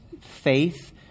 faith